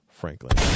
Franklin